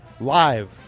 live